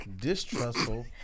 distrustful